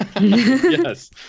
Yes